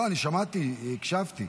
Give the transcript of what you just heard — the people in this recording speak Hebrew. לא, אני שמעתי, הקשבתי.